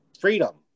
freedom